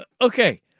okay